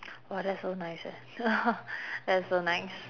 !wah! that's so nice eh that's so nice